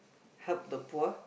help the poor